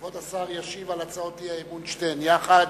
כבוד השר ישיב על הצעות האי-אמון, שתיהן יחד,